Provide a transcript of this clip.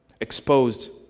exposed